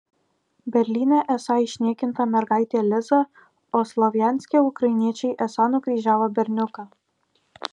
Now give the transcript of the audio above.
berlyne esą išniekinta mergaitė liza o slovjanske ukrainiečiai esą nukryžiavo berniuką